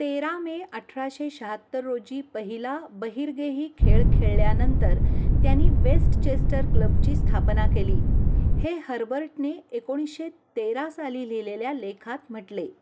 तेरा मे अठराशे शहात्तर रोजी पहिला बहिर्गेही खेळ खेळल्यानंतर त्यानी वेस्टचेस्टर क्लबची स्थापना केली हे हर्बर्टने एकोणीसशे तेरा साली लिहिलेल्या लेखात म्हटले